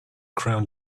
crown